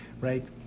right